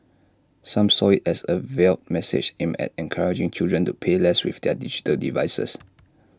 some saw IT as A veiled message aimed at encouraging children to play less with their digital devices